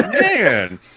Man